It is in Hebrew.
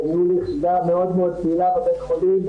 ולי יחידה מאוד פעילה בבית חולים,